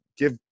Give